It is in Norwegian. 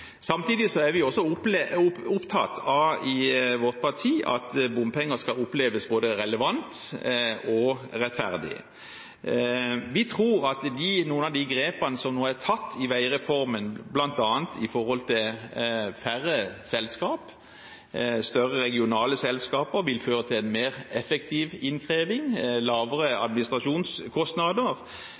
Samtidig er vi også opptatt av i vårt parti at bompenger skal oppleves både relevant og rettferdig. Vi tror at noen av de grepene som nå er tatt i veireformen, bl.a. færre selskap og større regionale selskap, vil føre til en mer effektiv innkreving og lavere administrasjonskostnader,